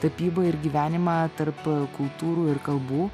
tapybą ir gyvenimą tarp kultūrų ir kalbų